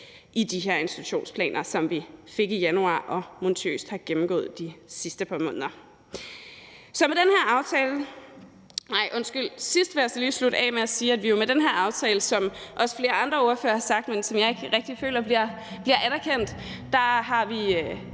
i de her institutionsplaner, som vi fik i januar og minutiøst har gennemgået de sidste par måneder. Så vil jeg slutte af med at sige, at vi jo med den her aftale – og det har flere andre ordførere også sagt, men jeg føler ikke rigtig, at det bliver anerkendt – har lige